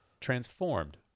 transformed